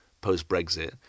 post-Brexit